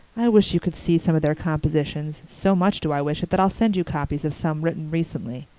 i wish you could see some of their compositions. so much do i wish it that i'll send you copies of some written recently.